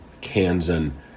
Kansan